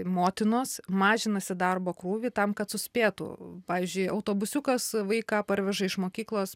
motinos mažinasi darbo krūvį tam kad suspėtų pavyzdžiui autobusiukas vaiką parveža iš mokyklos